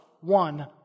one